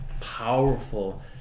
Powerful